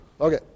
Okay